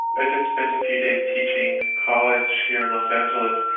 i just spent a few days teaching college here in los angeles,